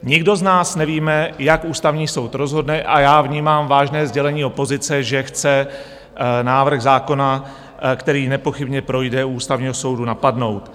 Nikdo z nás nevíme, jak Ústavní soud rozhodne, a já vnímám vážné sdělení opozice, že chce návrh zákona, který nepochybně projde, u Ústavního soudu, napadnout.